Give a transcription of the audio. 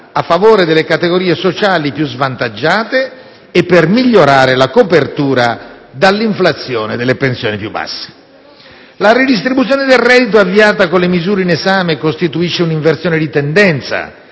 a favore delle categorie sociali più svantaggiate e di migliorare la copertura dall'inflazione delle pensioni più basse. La ridistribuzione del reddito avviata con le misure in esame costituisce un'inversione di tendenza